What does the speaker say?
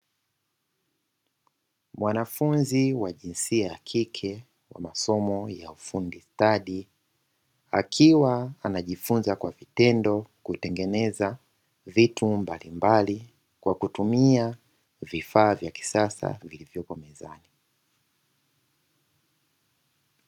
Mwanafunzi wa jinsia ya kike wa masomo ya ufundi stadi akiwa anajifunza kwa vitendo kutengeneza vitu mbalimbali, kwa kutumia vifaa vya kisasa vilivyopo mezani.